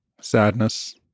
sadness